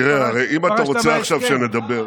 תראה, אם אתה רוצה עכשיו שנדבר,